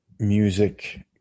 Music